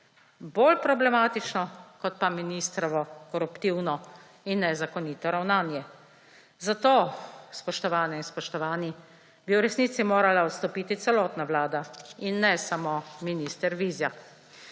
Bolj problematično kot pa ministrovo koruptivno in nezakonito ravnanje. Zato, spoštovane in spoštovani, bi v resnici morala odstopiti celotna vlada in ne samo minister Vizjak.